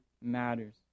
matters